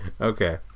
Okay